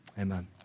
Amen